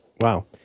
Wow